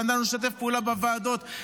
ידענו לשתף פעולה בוועדות,